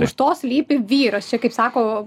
už to slypi vyras čia kaip sako